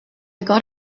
got